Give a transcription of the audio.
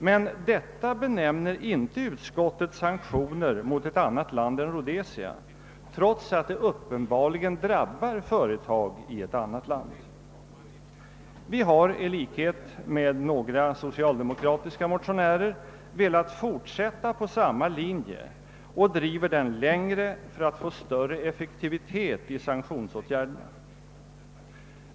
Men detta benämner inte utskottet sanktioner mot ett annat land än Rhodesia, trots att det uppenbarligen drabbar företag i ett annat land. Vi har, i likhet med några socialdemokratiska motionärer, velat fortsätta på samma linje och driver den längre för att få större effektivitet i sanktionsåtgärderna.